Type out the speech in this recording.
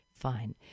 fine